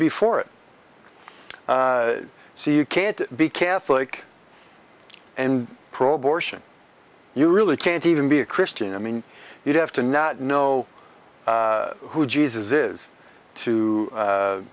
be for it so you can't be catholic and pro abortion you really can't even be a christian i mean you'd have to not know who jesus is to